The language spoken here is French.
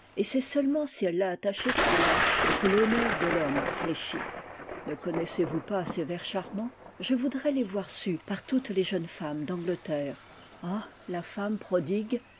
et c'est seulement si elle l'a attaché trop lâche que l'honneur de l'homme fléchit ne connaissez-vous pas ces vers charmants je voudrais les voir sus par toutes les jeunes femmes d'angleterre ah la femme prodigue